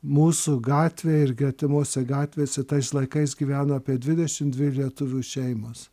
mūsų gatvėj ir gretimose gatvėse tais laikais gyveno apie dvidešim dvi lietuvių šeimos